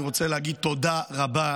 אני רוצה להגיד תודה רבה